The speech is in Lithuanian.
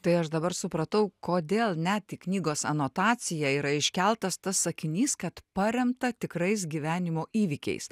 tai aš dabar supratau kodėl net į knygos anotaciją yra iškeltas tas sakinys kad paremta tikrais gyvenimo įvykiais